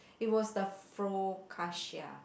it was the foccacia